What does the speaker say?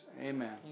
Amen